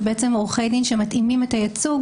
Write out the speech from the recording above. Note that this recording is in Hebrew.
ובעצם עורכי דין שמתאימים את הייצוג